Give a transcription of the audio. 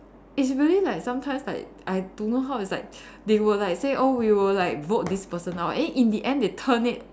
it's very like sometimes like I don't know how is like they will like say oh we will like vote this person out and in the end they turn it